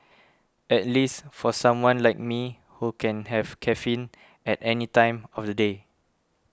at least for someone like me who can have caffeine at any time of the day